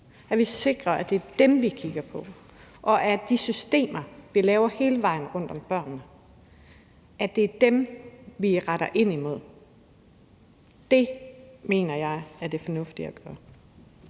at vi sikrer, at det er dem, vi kigger på, og at de systemer, vi laver hele vejen rundt om børnene, er dem, vi retter ind imod. Det mener jeg er det fornuftige at gøre.